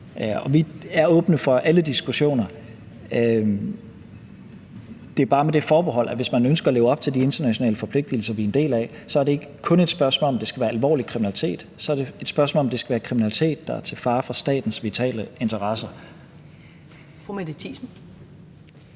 Vi er åbne for alle diskussioner, men det er bare med det forbehold, at hvis man ønsker at leve op til de internationale forpligtelser, vi er en del af, er det ikke kun et spørgsmål om, at det skal være alvorlig kriminalitet, men om, at det skal være kriminalitet, der er til fare for statens vitale interesser. Kl. 13:40 Første